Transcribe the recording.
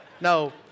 No